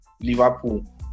Liverpool